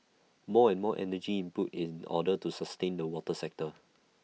more and more energy input in order to sustain the water sector